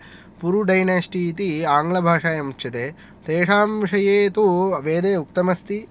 पुरु डाइनेस्टि इति आङ्गलभाषायाम् उच्यते तेषां विषये तु वेदे उक्तमस्ति